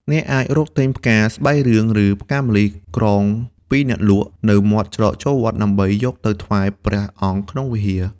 អ្នកអាចរកទិញផ្កាស្បៃរឿង ឬផ្កាម្លិះក្រងពីអ្នកលក់នៅមាត់ច្រកចូលវត្ត ដើម្បីយកទៅថ្វាយព្រះអង្គក្នុងវិហារ។